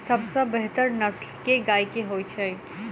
सबसँ बेहतर नस्ल केँ गाय केँ होइ छै?